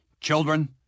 children